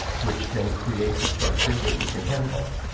which then creates a structure that you can handle.